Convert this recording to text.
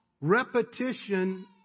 Repetition